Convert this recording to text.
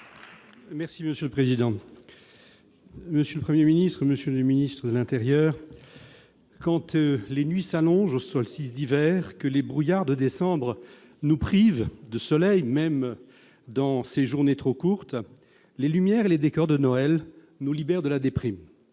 socialiste et républicain. Monsieur le Premier ministre, monsieur le ministre de l'intérieur, quand les nuits s'allongent jusqu'au solstice d'hiver, quand les brouillards de décembre nous privent de soleil dans ces jours trop courts, les lumières et les décors de Noël nous libèrent de la déprime.